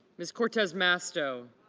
ms. cortez musto